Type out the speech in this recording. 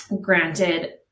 granted